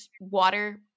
water